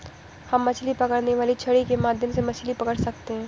हम मछली पकड़ने वाली छड़ी के माध्यम से मछली पकड़ सकते हैं